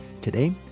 Today